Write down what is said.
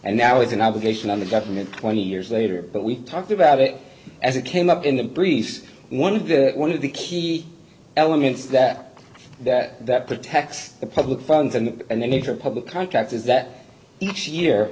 and now it's an obligation on the government twenty years later but we talked about it as it came up in the briefs one of the one of the key elements that that that protects the public funds and the major public contract is that each year